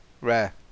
Rare